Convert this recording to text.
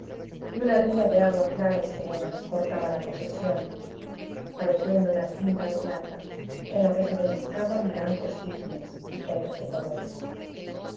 y una ría de agua clara y serena cortaba la posesión pareciendo una cinta de plata en la que se deslizaban blancos cisnes y peces de colores